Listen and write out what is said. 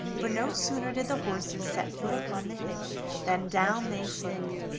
for no sooner did the horses set foot upon the hill than down they slipped,